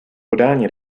podání